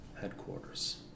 headquarters